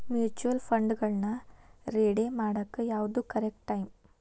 mutual ಫಂಡ್ಗಳನ್ನ redeem ಮಾಡಾಕ ಯಾವ್ದು ಕರೆಕ್ಟ್ ಟೈಮ್